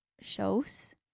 shows